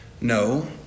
No